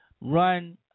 run